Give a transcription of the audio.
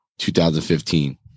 2015